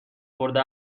برده